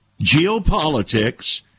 Geopolitics